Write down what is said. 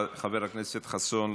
חבר הכנסת חסון,